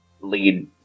lead